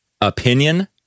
Opinion